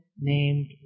named